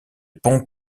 pont